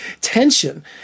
tension